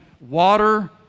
water